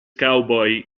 cowboy